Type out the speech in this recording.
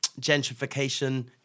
gentrification